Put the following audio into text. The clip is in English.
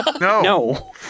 No